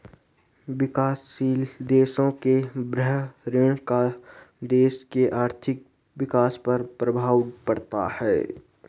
विकासशील देशों के बाह्य ऋण का देश के आर्थिक विकास पर प्रभाव पड़ता है